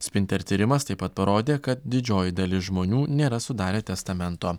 spinter tyrimas taip pat parodė kad didžioji dalis žmonių nėra sudarę testamento